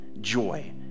joy